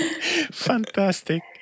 Fantastic